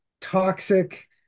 toxic